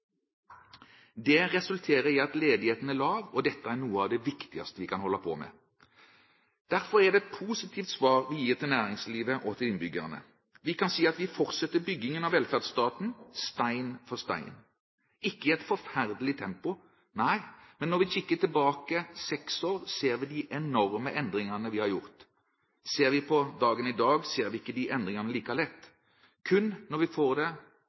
Det resulterer i at ledigheten er lav. Dette er noe av det viktigste vi kan holde på med. Derfor er det et positivt svar vi gir til næringslivet og til innbyggerne. Vi kan si at vi fortsetter byggingen av velferdsstaten, stein for stein, ikke i et forferdelig tempo. Men når vi kikker seks år tilbake, ser vi de enorme endringene vi har gjort. Ser vi på dagen i dag, ser vi ikke endringene like lett. Kun når vi får det hele på armlengdes avstand, ser vi resultatene. Derfor er det